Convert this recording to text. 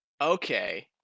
Okay